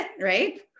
right